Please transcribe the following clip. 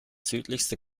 südlichste